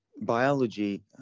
biology